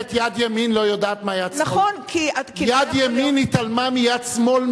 את אומרת שיד ימין לא יודעת מה יד שמאל,